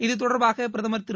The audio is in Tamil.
இது தொடர்பாக பிரதமர் திரு